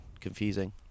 confusing